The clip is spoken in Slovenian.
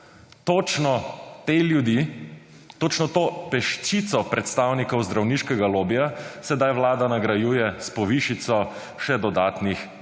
Točno te ljudi, točno to peščico predstavnikov zdravniškega lobija sedaj Vlada nagrajuje s povišico še dodatnih